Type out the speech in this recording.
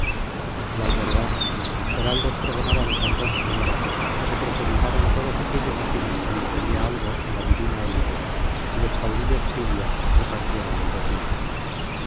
al alborear los heraldos pregonaron con voz sonora que se presentaran todos aquellos á quienes se les debía algo en la divina elide y los caudillos pilios repartieron el botín